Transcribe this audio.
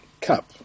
Cup